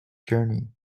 journey